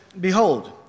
behold